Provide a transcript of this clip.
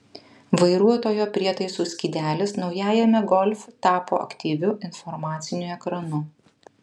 vairuotojo prietaisų skydelis naujajame golf tapo aktyviu informaciniu ekranu